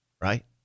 Right